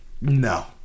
no